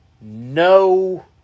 no